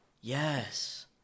Yes